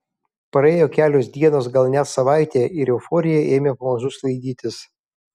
praėjo kelios dienos gal net savaitė ir euforija ėmė pamažu sklaidytis